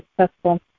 successful